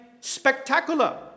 spectacular